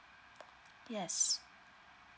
yes